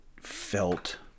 felt